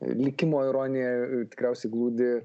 likimo ironija tikriausiai glūdi